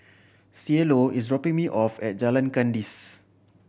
Cielo is dropping me off at Jalan Kandis